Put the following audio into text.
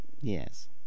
Yes